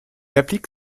applique